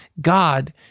God